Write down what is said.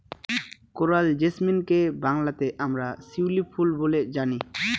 coral জেসমিনকে বাংলাতে আমরা শিউলি ফুল বলে জানি